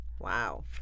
Wow